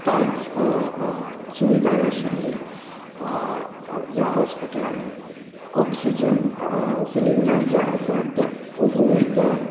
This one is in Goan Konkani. कांयच सुविधा नाशिल्ली ह्या हॉस्पिटलांनी ऑक्सिजन सिलिनडर्स जे आसात अजुनूय ते